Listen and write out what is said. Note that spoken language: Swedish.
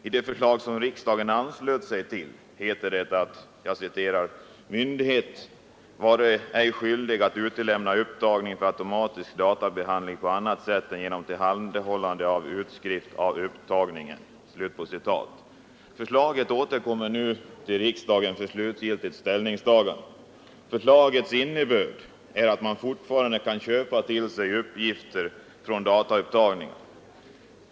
I det förslag som riksdagen anslöt sig till heter det: ”Myndighet vare ej skyldig att utlämna upptagning för automatisk databehandling på annat sätt än genom tillhandahållande av utskrift av upptagningen.” Förslaget återkommer nu till riksdagen för slutgiltigt ställningstagande. Dess innebörd är att man fortfarande kan köpa till sig uppgifter från dataupptagningar.